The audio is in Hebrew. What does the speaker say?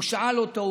הוא שאל אותו,